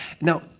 Now